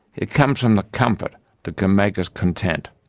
it comes from the comfort that can make us content.